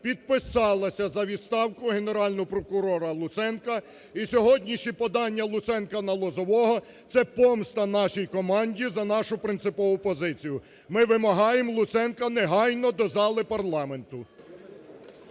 підписалася за відставку Генерального прокурора Луценка, і сьогоднішнє подання Луценка на Лозового – це помста нашій команді за нашу принципову позицію. Ми вимагаємо Луценка негайно до зали парламенту.